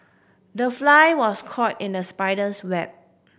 the fly was caught in the spider's web